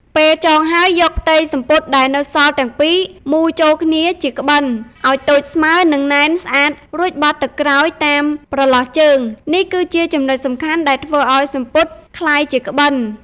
ពេលចងហើយយកផ្ទៃសំពត់ដែលនៅសល់ទាំងពីរមូរចូលគ្នាជាក្បិនឲ្យតូចស្មើរនិងណែនស្អាតរួចបត់ទៅក្រោយតាមប្រឡោះជើង នេះគឺជាចំណុចសំខាន់ដែលធ្វើអោយសំពត់ក្លាយជាក្បិន។